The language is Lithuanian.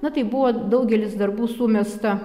na tai buvo daugelis darbų sumesta